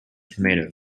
tomatoes